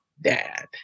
dad